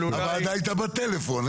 הוועדה הייתה בטלפון,